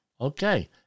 Okay